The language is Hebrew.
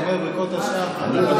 הוא אומר ברכות השחר.